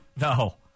No